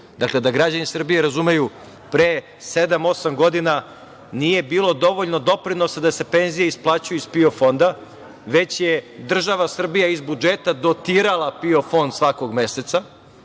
fond. Dakle, da građani Srbije razumeju, pre sedam, osam godina nije bilo dovoljno doprinosa da se penzije isplaćuju iz PIO fonda, već je država Srbija iz budžeta dotirala PIO fond svakog meseca